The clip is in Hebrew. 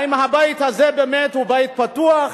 האם הבית הזה הוא באמת בית פתוח?